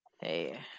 hey